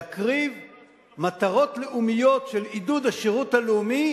להקריב מטרות לאומיות של עידוד השירות הלאומי